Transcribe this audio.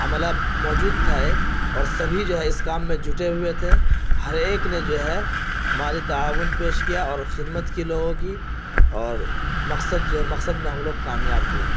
عملہ موجود تھا ایک اور سبھی جو ہے اس کام میں جٹے ہوئے تھے ہر ایک نے جو ہے مالی تعاون پیش کیا اور خدمت کی لوگوں کی اور مقصد جو ہے مقصد میں ہم لوگ کامیاب ہوئے